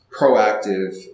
proactive